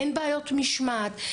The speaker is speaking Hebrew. אין בעיות משמעת,